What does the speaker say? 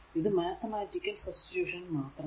ഇത് mathematical substitution മാത്രമാണ്